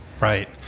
Right